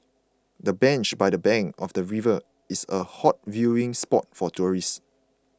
the bench by the bank of the river is a hot viewing spot for tourists